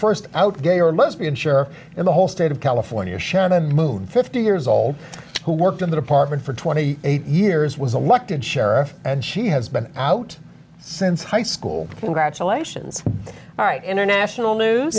first out gay or lesbian sure in the whole state of california shannon moon fifty years old who worked in the department for twenty eight years was elected sheriff and she has been out since high school graduations all right international news